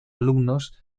alumnos